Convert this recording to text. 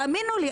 תאמינו לי,